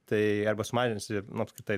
tai arba sumažinsi apskritai